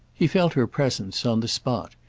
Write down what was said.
he felt her presence, on the spot,